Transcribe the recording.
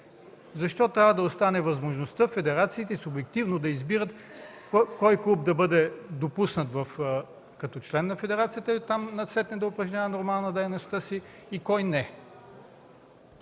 Защо трябва да остане възможността федерациите субективно да избират кой клуб да бъде допуснат като член на федерацията и оттам насетне да упражнява нормално дейността си, и кой не?